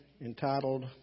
entitled